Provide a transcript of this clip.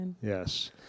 Yes